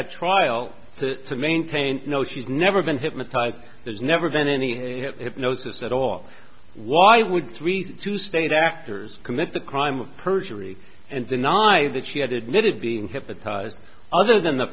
at trial to maintain no she's never been hypnotized there's never been any notice at all why would three to state actors commit the crime of perjury and deny that she had admitted being hypnotized other than the